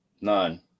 None